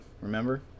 Remember